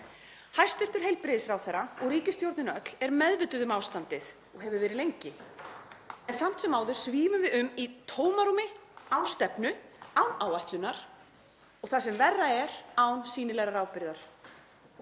Hæstv. heilbrigðisráðherra og ríkisstjórnin öll eru meðvituð um ástandið og hafa verið lengi, en samt sem áður svífum við um í tómarúmi án stefnu, án áætlunar og það sem verra er, án sýnilegrar ábyrgðar.